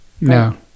No